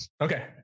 Okay